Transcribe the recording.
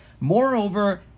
moreover